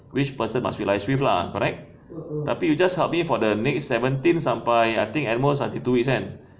which person must we liaise with lah correct tapi you just help me with the next seventeen sampai I think at most until two weeks kan